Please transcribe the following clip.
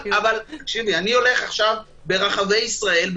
אני הולך עכשיו ברחבי ישראל,